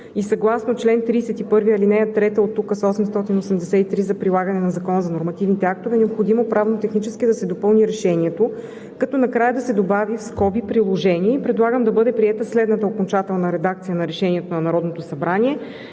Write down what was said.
и съгласно чл. 31, ал. 3 от Указ № 883 за прилагане на Закона за нормативните актове, е необходимо правно-технически да се допълни Решението, като накрая да се добави в скоби „приложение“, и предлагам да бъде приета следната окончателна редакция на Решението на Народното събрание: